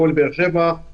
גם הפועל באר שבע,